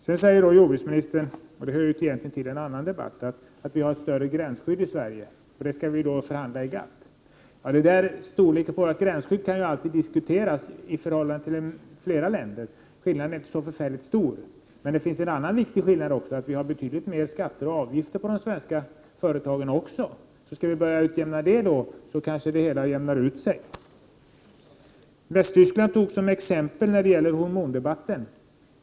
Sedan säger jordbruksministern — detta hör egentligen till en annan debatt —att vi har högre gränsskydd i Sverige och att vi skall förhandla om det inom GATT. Gränsskyddet kan alltid diskuteras i förhållande till flera länder. Skillnaden är inte så förfärligt stor. Men det finns en annan viktig skillnad: vi har betydligt fler skatter och avgifter för de svenska företagen. Skall vi börja utjämna där, då kanske det hela jämnar ut sig. Västtyskland anfördes som exempel i hormondebatten.